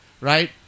Right